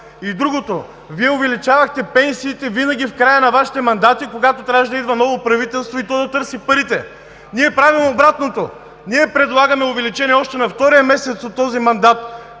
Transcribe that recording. И другото – Вие увеличавахте пенсиите винаги в края на Вашите мандати, когато трябваше да идва ново правителство и то да търси парите. Ние правим обратното – предлагаме увеличение още на втория месец от този мандат,